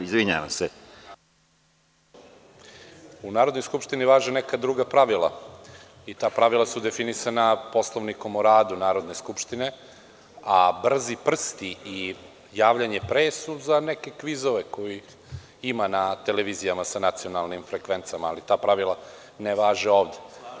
U Narodnoj skupštini važe neka druga pravila i ta pravila su definisana Poslovnikom o radu Narodne skupštine, a brzi prsti i javljanje, pre su za neke kvizove kojih ima na televizijama sa nacionalnim frekvencama, ali ta pravila ne važe ovde.